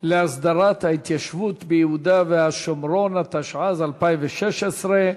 להסדרת ההתיישבות ביהודה והשומרון, התשע"ז 2016,